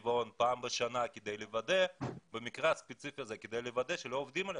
כדי לוודא שלא עובדים עליכם.